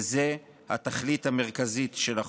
וזו התכלית המרכזית של החוק.